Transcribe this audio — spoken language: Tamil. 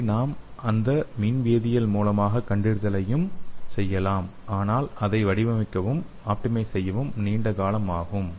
இங்கே நாம் அந்த மின்வேதியியல் மூலமாக கண்டறிதலையும் செய்யலாம் ஆனால் இதை வடிவமைக்கவும் ஆப்டிமைஸ் செய்யவும் நீண்ட காலம் ஆகும்